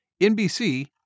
NBC